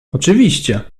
oczywiście